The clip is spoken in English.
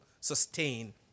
sustain